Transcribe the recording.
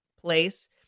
place